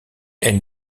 elles